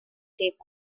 taped